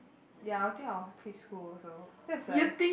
ya I think I will quit also that's like